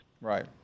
Right